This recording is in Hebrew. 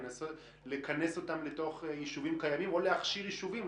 לנסות לכנס אותם לתוך יישובים קיימים או להכשיר יישובים.